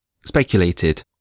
speculated